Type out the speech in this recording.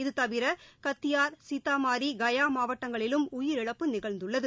இது தவிரகத்தியாா் சீதாமாரி கயாமாவட்டங்களிலும் உயிரிழப்பு நிகழ்ந்துள்ளது